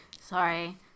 sorry